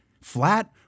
Flat